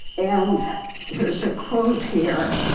and there's a quote here